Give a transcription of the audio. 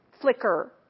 flicker